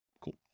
Cool